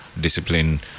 discipline